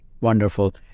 Wonderful